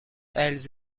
elles